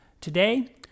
Today